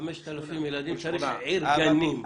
ל-5,000 ילדים צריך עיר גנים.